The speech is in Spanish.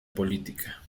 política